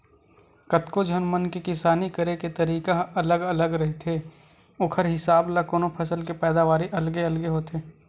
कतको झन मन के किसानी करे के तरीका ह अलगे अलगे रहिथे ओखर हिसाब ल कोनो फसल के पैदावारी अलगे अलगे होथे